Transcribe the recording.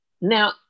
Now